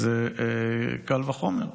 אז קל וחומר.